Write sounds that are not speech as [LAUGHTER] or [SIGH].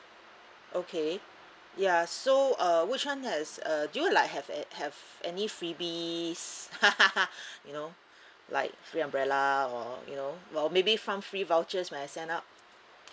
okay ya so uh which one has uh do you like have have any freebies [LAUGHS] you know like free umbrella or you know well maybe some free vouchers when I sign up